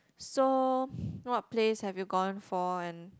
so what place have you gone for and